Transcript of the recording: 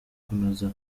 kunoza